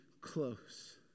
close